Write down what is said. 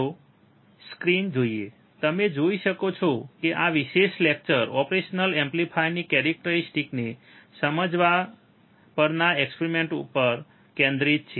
ચાલો સ્ક્રીન જોઈએ તમે જોઈ શકો છે કે આ વિશેષ લેક્ચર ઓપરેશનલ એમ્પ્લીફાયરની કેરેટરીસ્ટીકસને સમજવા પરના એક્સપેરિમેંટ પર કેન્દ્રિત છે